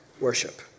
worship